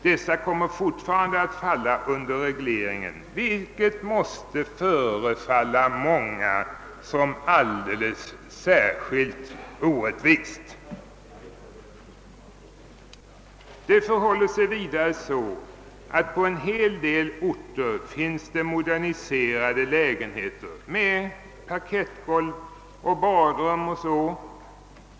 Dessa kommer fortfarande att falla under regleringen, vilket många måste anse alldeles särskilt orättvist. Det förhåller sig vidare så, att på en hel del orter finns det moderniserade lägenheter med parkettgolv, badrum etc.